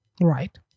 Right